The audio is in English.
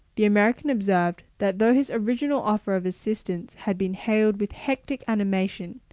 the american observed that, though his original offer of assistance had been hailed with hectic animation,